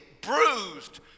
bruised